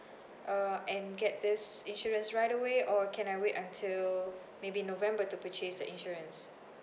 uh and get this insurance right away or can I wait until maybe november to purchase the insurance